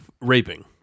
raping